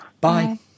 Bye